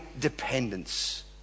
dependence